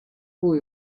boy